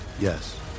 Yes